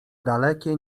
dalekie